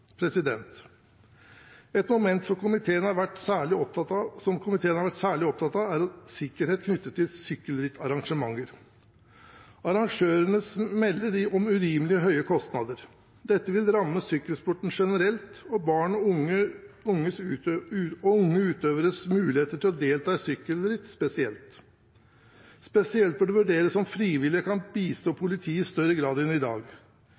Et moment som komiteen har vært særlig opptatt av, er sikkerhet knyttet til sykkelrittarrangementer. Arrangørene melder om urimelig høye kostnader. Dette vil ramme sykkelsporten generelt og barns og unge utøveres muligheter til å delta i sykkelritt spesielt. Spesielt bør det vurderes om frivillige kan bistå politiet i større grad enn i dag.